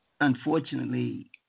unfortunately